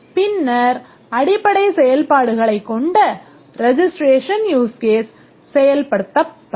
பின்னர் அடிப்படை செயல்பாடுகளைக் கொண்ட registration use case செயல்படுத்தப்படும்